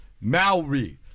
Maori